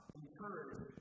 encourage